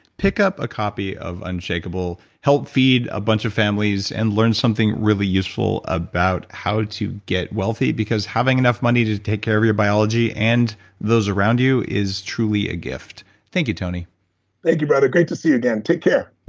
pick up a copy of unshakable, help feed a bunch of families and learn something really useful about how to get wealthy because having enough money to take care of your biology and those around you is truly a gift. thank you, tony thank you, buddy. but great to see you again. take care